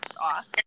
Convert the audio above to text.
off